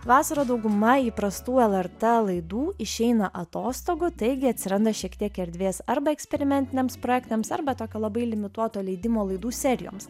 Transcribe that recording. vasarą dauguma įprastų lrt laidų išeina atostogų taigi atsiranda šiek tiek erdvės arba eksperimentiniams projektams arba tokio labai limituoto leidimo laidų serijoms